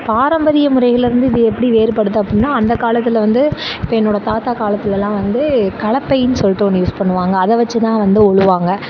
பாரம்பரிய முறையில இருந்து இது எப்படி வேறுபடுது அப்புடின்னா அந்த காலத்தில் வந்து இப்போ என்னோட தாத்தா காலத்துல எல்லாம் வந்து கலப்பைன்னு சொல்லிட்டு ஒன்று யூஸ் பண்ணுவாங்க அதை வச்சி தான் வந்து உழுவாங்க